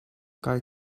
kai